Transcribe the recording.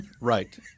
right